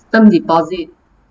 term deposit